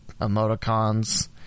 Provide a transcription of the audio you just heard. emoticons